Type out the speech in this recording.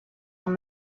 como